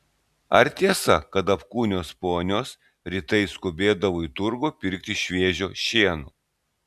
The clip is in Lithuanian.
ar tiesa kad apkūnios ponios rytais skubėdavo į turgų pirkti šviežio šieno